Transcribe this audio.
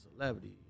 celebrity